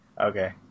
Okay